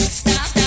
stop